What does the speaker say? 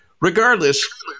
Regardless